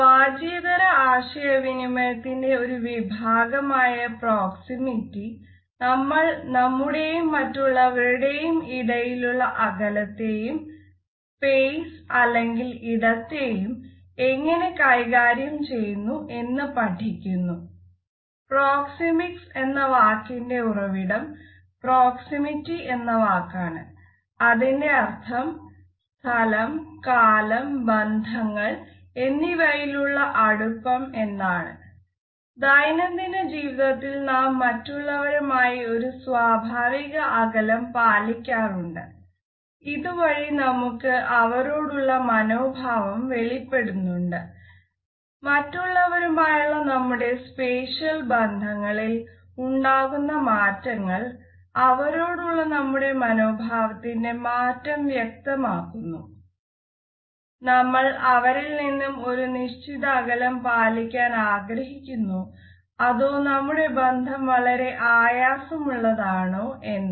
വാച്യേതര ആശയവിനിമയത്തിന്റെ ഒരു വിഭാഗമായ പ്രോക്സിമിറ്റി ഉണ്ടാകുന്ന മാറ്റങ്ങൾ അവരോടുള്ള നമ്മുടെ മാനഭാവത്തിന്റെ മാറ്റം വ്യക്തമാകുന്നു നമ്മൾ അവരിൽ നിന്നും ഒരു നിശ്ചിത അകലം പാലിക്കാൻ ആഗ്രഹിക്കുന്നോ അതോ നമ്മുടെ ബന്ധം വളരെ ആയാസം ഉള്ളതാണോ എന്ന്